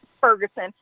ferguson